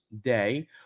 day